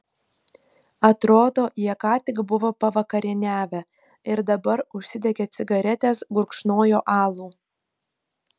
atrodo jie ką tik buvo pavakarieniavę ir dabar užsidegę cigaretes gurkšnojo alų